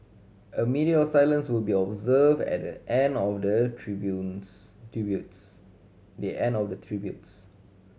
a minute of silence will be observed at the end of the tributes tributes the end of the tributes